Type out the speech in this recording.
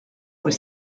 were